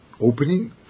opening